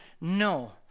no